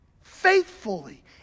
faithfully